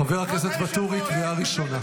חבר הכנסת ואטורי, קריאה ראשונה.